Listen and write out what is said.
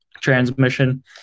transmission